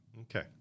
Okay